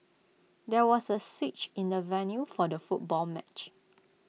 there was A switch in the venue for the football match